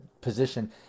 position